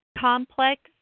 Complex